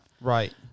Right